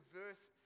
verse